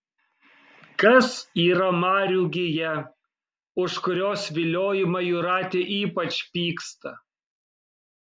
kas yra marių gija už kurios viliojimą jūratė ypač pyksta